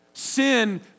sin